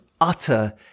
utter